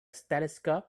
telescope